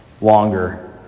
longer